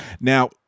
Now